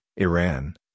Iran